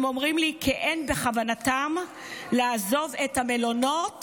הם אומרים כי אין בכוונתם לעזוב את המלונות